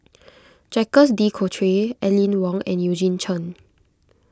Jacques De Coutre Aline Wong and Eugene Chen